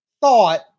thought